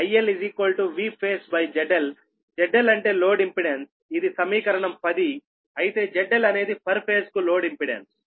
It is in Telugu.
ZLఅంటే లోడ్ ఇంపెడెన్స్ఇది సమీకరణం 10అయితే ZLఅనేది పర్ ఫేజ్ కు లోడ్ ఇంపెడెన్స్